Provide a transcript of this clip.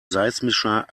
seismischer